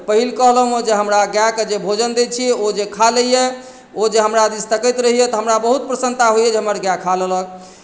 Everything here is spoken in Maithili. तऽ पहिल कहलहुँ हेँ जे हमरा गाएके जे भोजन दैत छी ओ जे खा लैए ओ जे हमरा दिश तकैत रहैए तऽ हमरा बहुत प्रसन्नता होइए जे हमर गाए खा लेलक